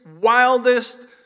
wildest